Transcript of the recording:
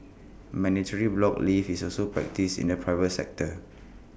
mandatory block leave is also practised in the private sector